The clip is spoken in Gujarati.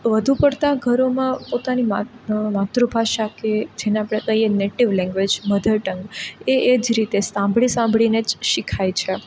વધુ પડતા ંઘરોમાં પોતાની માતૃભાષા કે જેને આપણે કહીએ નેટિવ લેન્ગવેજ મધર ટંગ એ જ રીતે સાંભળી સાંભળીને જ શીખાય છે